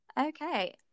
Okay